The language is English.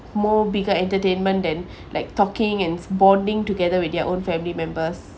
more bigger entertainment than like talking and bonding together with their own family members